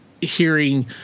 hearing